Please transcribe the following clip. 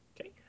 Okay